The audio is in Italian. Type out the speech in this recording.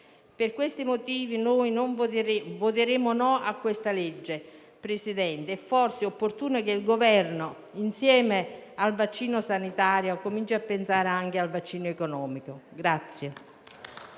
per questi motivi voteremo contro questa legge e, forse, è opportuno che il Governo, insieme al vaccino sanitario, cominci a pensare anche a quello economico.